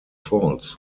falls